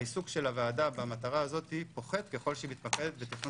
העיסוק של הוועדה במטרה הזאת פוחת ככל שהיא מתמקדת בתכנון